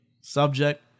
subject